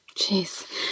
Jeez